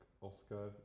Oscar